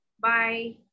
Bye